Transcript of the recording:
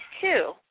two